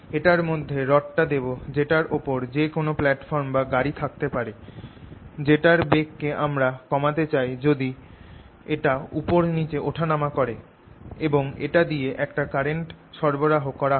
এটার মধ্যে রডটা দেব যেটার ওপর যে কোন প্ল্যাটফর্ম বা গাড়ি থাকতে পারে যেটার বেগকে আমরা কমাতে চাই যদি এটা উপর নিচে ওঠানামা করে এবং এটা দিয়ে একটা কারেন্ট সরবরাহ করা হয়